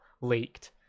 leaked